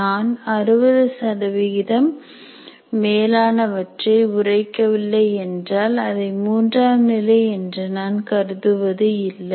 நான் 60 மேலானவற்றை உரைக்கவில்லை என்றால் அதை மூன்றாம் நிலை என்று நான் கருதுவது இல்லை